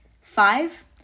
Five